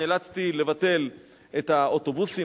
נאלצתי לבטל את האוטובוסים,